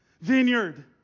vineyard